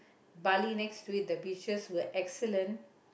Bali next to it the beaches were excellent